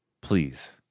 please